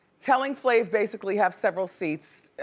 telling flav basically have several seats.